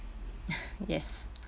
yes